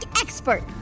expert